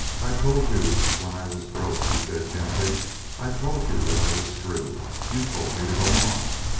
i told you when i was broke, he said gently i told you that i was through. you told me to go on.